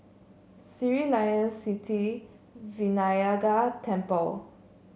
Sri Layan Sithi Vinayagar Temple